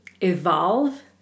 evolve